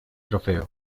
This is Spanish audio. trofeo